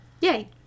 yay